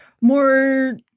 more